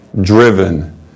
driven